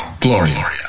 Gloria